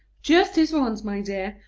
just this once, my dear!